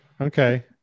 Okay